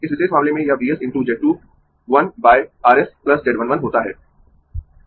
इस विशेष मामले में यह V s × Z 2 1 by R s Z 1 1 होता है